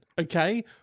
okay